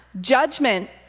Judgment